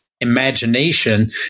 imagination